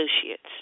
associates